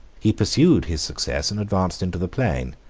he pursued his success, and advanced into the plain.